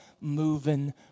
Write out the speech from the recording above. moving